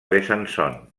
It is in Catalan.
besançon